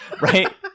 Right